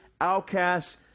outcasts